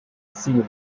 series